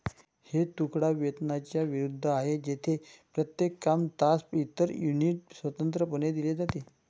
हे तुकडा वेतनाच्या विरुद्ध आहे, जेथे प्रत्येक काम, तास, इतर युनिट स्वतंत्रपणे दिले जाते